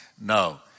No